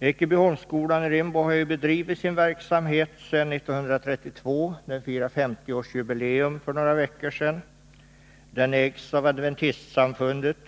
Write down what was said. Ekebyholmsskolan har bedrivit sin verksamhet sedan 1932— den firade 50-årsjubileum för några veckor sedan. Skolan ägs av Adventistsamfundet.